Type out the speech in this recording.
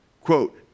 Quote